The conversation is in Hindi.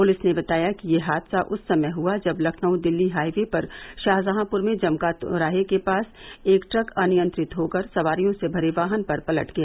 पुलिस ने बताया कि यह हादसा उस समय हुआ जब लखनऊ दिल्ली हाई वे पर शाहजहांपुर में जमका दोराहे के पास एक ट्रक अनियंत्रित होकर सवारियों से भरे वाहन पर पलट गया